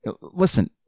Listen